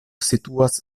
situas